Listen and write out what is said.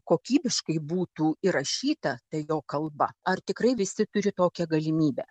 kokybiškai būtų įrašyta tai jau kalba ar tikrai visi turi tokią galimybę